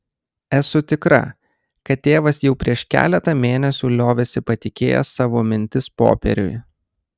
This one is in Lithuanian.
esu tikra kad tėvas jau prieš keletą mėnesių liovėsi patikėjęs savo mintis popieriui